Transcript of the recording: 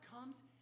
comes